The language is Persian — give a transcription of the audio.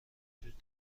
وجود